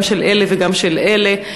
גם של אלה וגם של אלה.